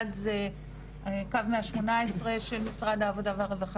אחד זה קו 118 של משרד העבודה והרווחה